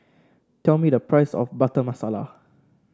tell me the price of Butter Masala